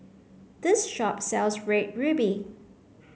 this shop sells red ruby